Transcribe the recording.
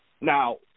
Now